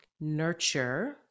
nurture